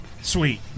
Sweet